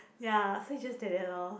ya so it's just like that lor